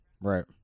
Right